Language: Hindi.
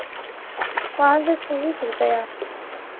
पाँच सौ चालीस रुपये